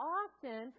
often